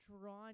drawn